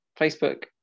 Facebook